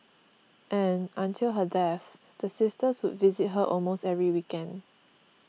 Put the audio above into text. and until her death the sisters would visit her almost every weekend